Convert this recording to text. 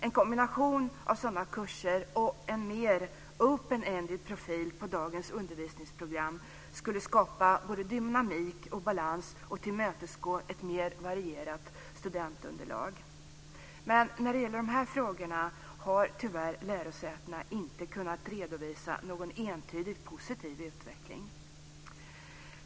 En kombination av sådana kurser och en mer open ended-profil på dagens undervisningsprogram skulle skapa både dynamik och balans och tillmötesgå ett mer varierat studentunderlag. Men när det gäller dessa frågor har lärosätena tyvärr inte kunnat redovisa någon entydigt positiv utveckling.